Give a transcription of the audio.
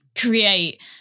create